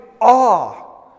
awe